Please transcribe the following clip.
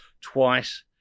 twice